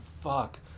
fuck